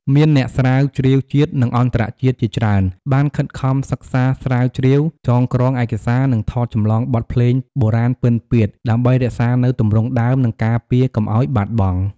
មានអ្នកស្រាវជ្រាវជាតិ និងអន្តរជាតិជាច្រើនបានខិតខំសិក្សាស្រាវជ្រាវ ចងក្រងឯកសារ និងថតចម្លងបទភ្លេងបុរាណពិណពាទ្យ ដើម្បីរក្សានូវទម្រង់ដើម និងការពារកុំឱ្យបាត់បង់។